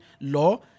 law